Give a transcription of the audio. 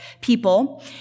people